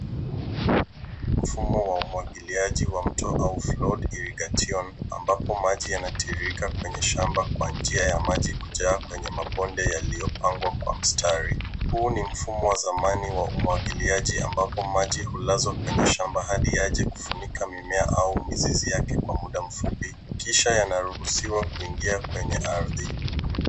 Mfumo wa umwagiliaji wa mto au flood irrigation ambapo maji yanatiririka kwenye shamba kwa njia ya maji kujaa kwenye mabonde yaliyopangwa kwa mistari. Huu ni mfumo wa zamani wa umwagiliaji ambapo maji hulazwa kwenye shamba hadi yaje kufunika mimea au mizizi yake kwa muda mfupi kisha yanaruhusiwa kuingia kwenye ardhi.